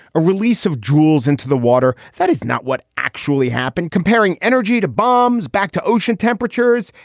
a release of jewels into the water. that is not what actually happened comparing energy to bombs back to ocean temperatures.